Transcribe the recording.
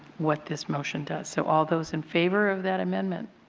what this motion does. so all those in favor of that amendment.